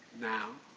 now